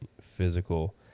physical